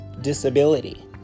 disability